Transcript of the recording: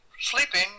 sleeping